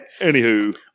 Anywho